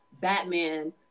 Batman